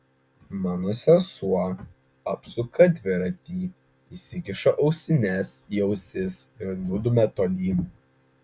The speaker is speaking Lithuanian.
mano sesuo apsuka dviratį įsikiša ausines į ausis ir nudumia tolyn